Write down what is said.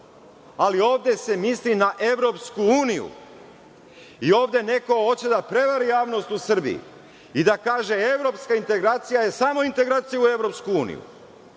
Ali ovde se misli na Evropsku uniju i ovde neko hoće da prevari javnost u Srbiji i da kaže – evropska integracija je samo integracija u Evropsku uniju.